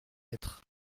être